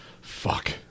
fuck